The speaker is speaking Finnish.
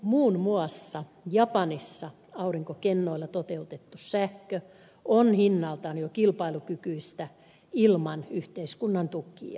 muun muassa japanissa aurinkokennoilla toteutettu sähkö on hinnaltaan jo kilpailukykyistä ilman yhteiskunnan tukia